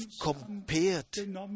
compared